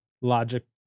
logic